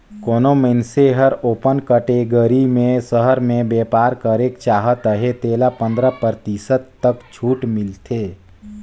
कोनो मइनसे हर ओपन कटेगरी में सहर में बयपार करेक चाहत अहे तेला पंदरा परतिसत तक छूट मिलथे